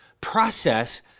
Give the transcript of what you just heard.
process